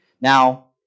Now